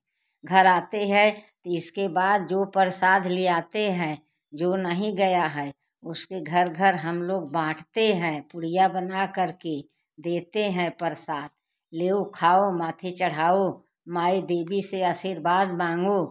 घर आते हैं इसके बाद जो प्रसाद ले आते हैं जो नहीं गया है उसके घर घर हम लोग बाँटते हैं पूड़ियाँ बनाकर के देते हैं प्रसाद लियो खाओ माथे चढ़ाओ माई देवी से आशीर्वाद माँगो